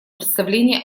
представление